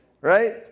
Right